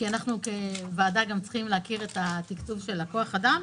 אנחנו כוועדה צריכים להכיר את התקצוב של כוח האדם,